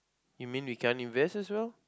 you mean we can't invest as well